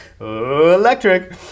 Electric